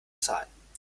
zahlen